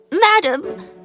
Madam